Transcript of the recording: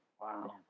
Wow